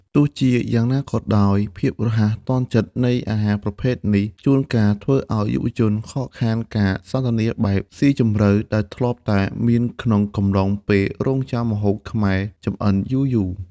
ទោះជាយ៉ាងណាក៏ដោយ ភាពរហ័សទាន់ចិត្តនៃអាហារប្រភេទនេះ ជួនកាលធ្វើឱ្យយុវវ័យខកខានការសន្ទនាបែបស៊ីជម្រៅដែលធ្លាប់តែមានក្នុងកំឡុងពេលរង់ចាំម្ហូបខ្មែរចំអិនយូរៗ។